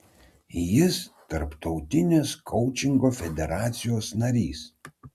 jis tarptautinės koučingo federacijos narys